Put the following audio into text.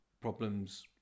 problems